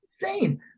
Insane